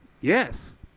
Yes